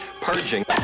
purging